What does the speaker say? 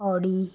Audi